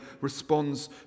responds